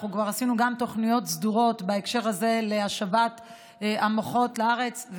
אנחנו כבר עשינו גם תוכניות סדורות בהקשר הזה להשבת המוחות לארץ.